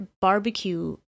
barbecue